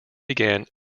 began